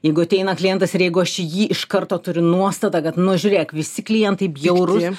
jeigu ateina klientas ir jeigu aš į jį iš karto turiu nuostatą kad nu žiūrėk visi klientai bjaurūs